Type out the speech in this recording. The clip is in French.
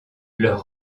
leur